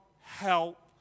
help